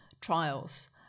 trials